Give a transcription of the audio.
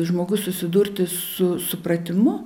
žmogus susidurti su supratimu